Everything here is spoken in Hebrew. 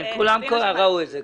כולם ראו את זה.